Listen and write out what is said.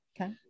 okay